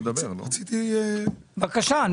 בבקשה.